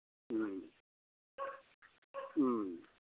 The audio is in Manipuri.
ꯎꯝ ꯎꯝ